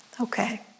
Okay